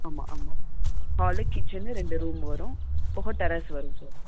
ஆமாம் ஆமாம் hall kitchen ரெண்டு ரூம் வரும் அது போக டெரஸ் வரும் சார்